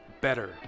better